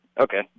Okay